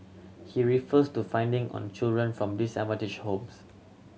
he refers to finding on children from disadvantaged homes